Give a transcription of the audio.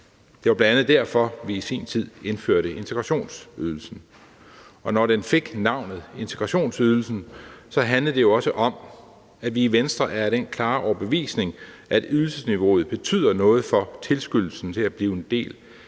Det var bl.a. derfor, at vi i sin tid indførte integrationsydelsen, og når den fik navnet integrationsydelsen, handlede det jo også om, at vi i Venstre er af den klare overbevisning, at ydelsesniveauet betyder noget for tilskyndelsen til at blive en del